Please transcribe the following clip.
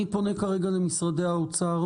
אני פונה כרגע למשרדי האוצר